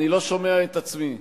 אני לא שומע את עצמי,